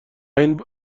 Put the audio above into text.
این